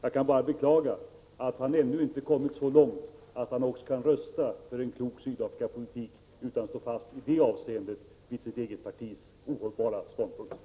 Jag kan bara beklaga att han ännu inte kommit så långt att han också kan rösta för en klok Sydafrikapolitik utan i det avseendet står fast vid sitt eget partis ohållbara ståndpunkt.